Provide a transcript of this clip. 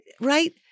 Right